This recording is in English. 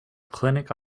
clinic